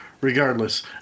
Regardless